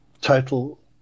total